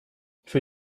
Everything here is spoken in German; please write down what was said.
für